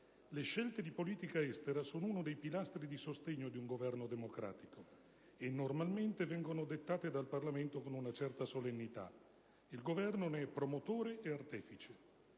le scelte di politica estera sono uno dei pilastri di sostegno di un Governo democratico, e normalmente vengono dettate dal Parlamento con una certa solennità. Il Governo ne è promotore ed artefice,